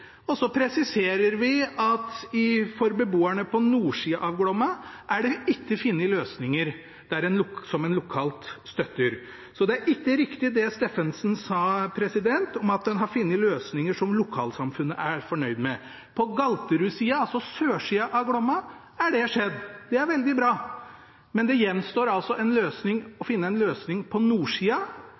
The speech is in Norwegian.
støtter. Så det er ikke riktig, det Steffensen sa om at en har funnet løsninger som lokalsamfunnet er fornøyd med. På Galterud-sida, altså sørsida av Glomma, er det skjedd. Det er veldig bra, men det gjenstår å finne en løsning på nordsida.